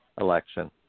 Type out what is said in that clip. election